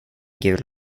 gul